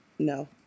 No